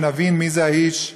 שנבין מי זה האיש,